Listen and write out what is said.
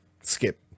skip